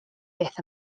beth